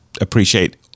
appreciate